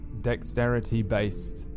dexterity-based